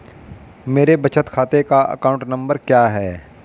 मेरे बचत खाते का अकाउंट नंबर क्या है?